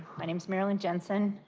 my name is marilyn jensen,